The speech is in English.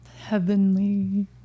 heavenly